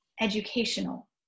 educational